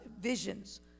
visions